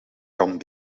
kan